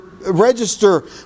register